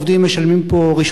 וגם קונים שלא מקבלים